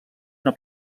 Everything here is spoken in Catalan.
una